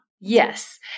Yes